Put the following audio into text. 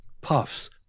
Puffs